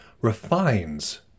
refines